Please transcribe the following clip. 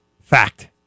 Fact